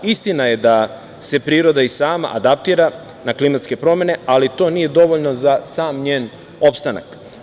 Istina je da se priroda i sama adaptira na klimatske promene, ali to nije dovoljno za sam njen opstanak.